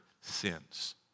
sins